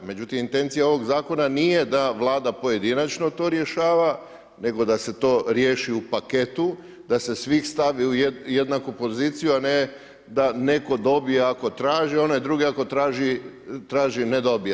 Međutim, intencija ovog zakona nije da Vlada pojedinačno to rješava, nego da se to riješi u paketu, da se svih stavi u jednaku poziciju, a ne da netko dobije ako traži, onaj drugi ako traži ne dobije.